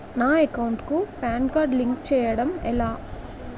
నా అకౌంట్ కు PAN card link చేయడం ఎలా?